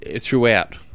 throughout